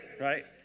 right